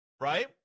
right